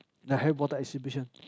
the Harry-Potter exhibition